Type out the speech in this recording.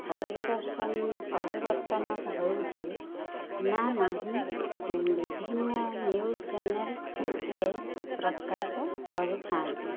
ପରିଦର୍ଶନ ପରିବର୍ତ୍ତନ ହେଉଛି ନା ନାହିଁ ବିଭିନ୍ନ ନ୍ୟୁଜ ଚ୍ୟାନେଲରେ ପ୍ରକାଶ କରିଥାନ୍ତି